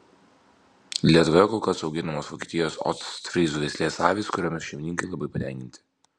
lietuvoje kol kas auginamos vokietijos ostfryzų veislės avys kuriomis šeimininkai labai patenkinti